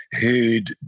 who'd